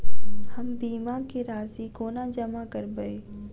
हम बीमा केँ राशि कोना जमा करबै?